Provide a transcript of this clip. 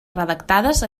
redactades